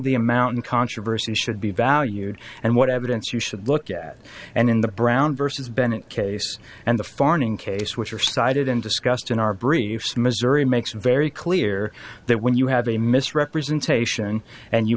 the amount in controversy should be valued and what evidence you should look at and in the brown vs bennett case and the farming case which are cited and discussed in our briefs missouri makes it very clear that when you have a misrepresentation and you